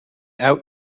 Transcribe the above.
out